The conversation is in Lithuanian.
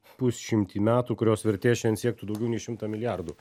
pusšimtį metų kurios vertė šian siektų daugiau nei šimtą milijardų